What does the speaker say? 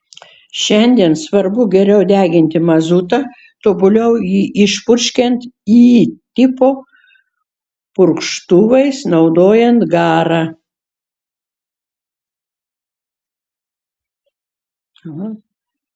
šiandien svarbu geriau deginti mazutą tobuliau jį išpurškiant y tipo purkštuvais naudojant garą